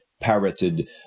Parroted